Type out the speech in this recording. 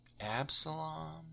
Absalom